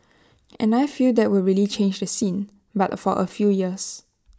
and I feel that will really change the scene but for A few years